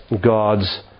God's